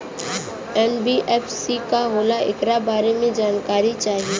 NBFC का होला ऐकरा बारे मे जानकारी चाही?